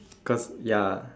because ya